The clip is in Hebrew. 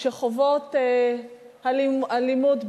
שחוות אלימות,